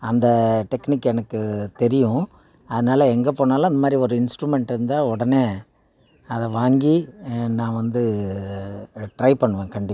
அந்த டெக்னிக் எனக்கு தெரியும் அதனால எங்கே போனாலும் அதுமாதிரி ஒரு இன்ஸ்ட்ரூமெண்ட் இருந்தால் உடனே அதை வாங்கி நான் வந்து ட்ரை பண்ணுவேன் கண்டிப்பாக